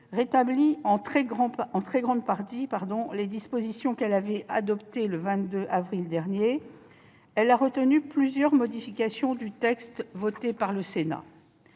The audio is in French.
rétabli en très grande partie les dispositions qu'elle avait adoptées le 22 avril dernier, elle a retenu plusieurs modifications du texte adoptées par le Sénat.